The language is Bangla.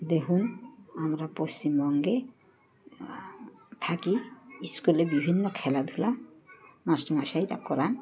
দেখুন আমরা পশ্চিমবঙ্গে থাকি স্কুলে বিভিন্ন খেলাধুলা মাস্টারমশাইরা করান